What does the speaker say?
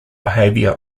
behavior